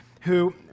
who